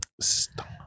Stop